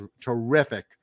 terrific